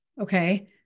Okay